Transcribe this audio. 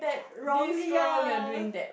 wrongly ya